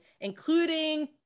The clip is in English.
including